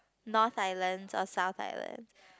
north island or south island